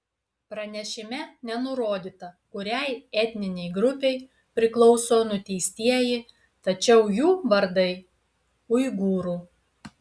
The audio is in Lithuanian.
pranešime nenurodyta kuriai etninei grupei priklauso nuteistieji tačiau jų vardai uigūrų